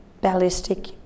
ballistic